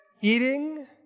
eating